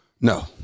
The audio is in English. No